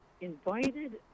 invited